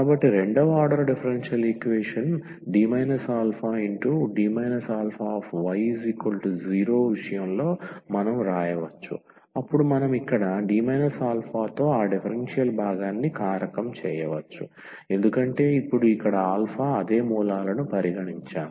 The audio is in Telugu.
కాబట్టి రెండవ order differential equation D αD αy0 విషయంలో మనం వ్రాయవచ్చు అప్పుడు మనం ఇక్కడ D α తో ఆ డిఫరెన్షియల్ భాగాన్ని కారకం చేయవచ్చు ఎందుకంటే ఇప్పుడు ఇక్కడ అదే మూలాలను పరిగణించాము